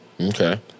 Okay